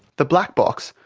the black box,